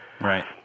Right